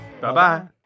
Bye-bye